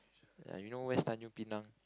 ya you know where's Tanjong Pinang